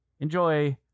Enjoy